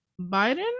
Biden